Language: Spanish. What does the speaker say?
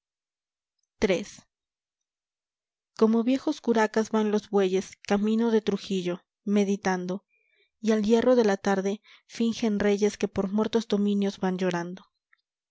manco cápac como viejos curacas van los bueyes camino de trujillo meditando y al hierro de la tarde fingen reyes que por muertos dominios van llorando